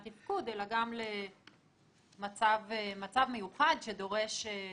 תפקוד אלא גם למצב מיוחד שדורש ליווי.